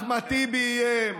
אחמד טיבי איים,